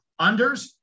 Unders